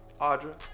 Audra